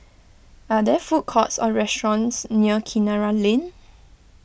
are there food courts or restaurants near Kinara Lane